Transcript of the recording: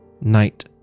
night